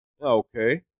okay